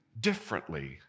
differently